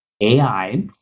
AI